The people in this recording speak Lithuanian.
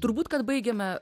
turbūt kad baigiame